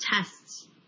tests